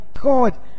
God